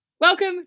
Welcome